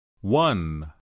One